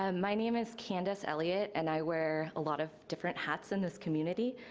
um my name is candice elliott and i wear a lot of different hats in this community.